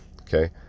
okay